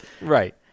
Right